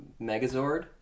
Megazord